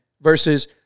Versus